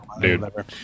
dude